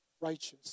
righteous